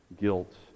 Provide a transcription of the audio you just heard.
guilt